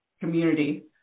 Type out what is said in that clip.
community